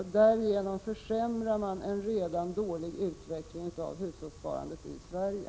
Därigenom försämrar man en redan dålig utveckling av hushållssparandet i Sverige.